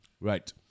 right